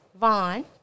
Vaughn